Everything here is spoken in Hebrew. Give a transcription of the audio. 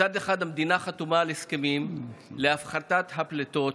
מצד אחד המדינה חתומה על הסכמים להפחתת הפליטות,